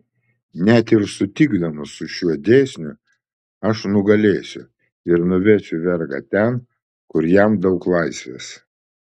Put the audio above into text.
net ir sutikdamas su šiuo dėsniu aš nugalėsiu ir nuvesiu vergą ten kur jam daug laisvės